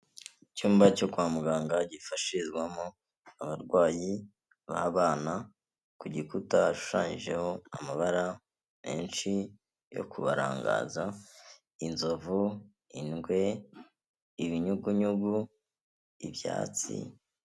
Icyumba cyo kwa muganga gifashirizwamo abarwayi b'abana ku gikuta hashushanyijeho amabara menshi yo kubarangaza, inzovu, ingwe, ibinyugunyugu, ibyatsi...